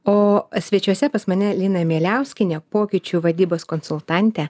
o svečiuose pas mane lina mieliauskienė pokyčių vadybos konsultantę